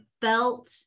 felt